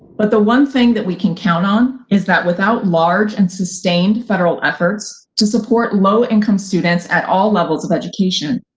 but the one thing that we can count on is that without large and sustained federal efforts to support low income students at all levels of education,